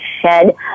shed